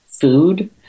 food